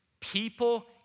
People